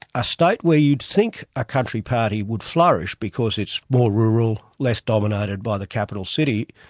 a state where you'd think a country party would flourish because it's more rural, less dominated by the capital city,